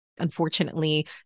unfortunately